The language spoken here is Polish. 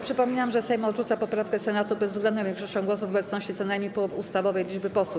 Przypominam, że Sejm odrzuca poprawkę Senatu bezwzględną większością głosów w obecności co najmniej połowy ustawowej liczby posłów.